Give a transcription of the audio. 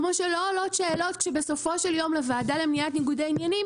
כמו שלא עולות שאלות שבסופו של יום לוועדה למניעת ניגודי עניינים,